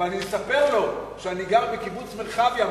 אבל אני אספר לו שאני גר בקיבוץ מרחביה,